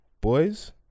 Boys